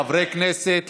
חברי הכנסת,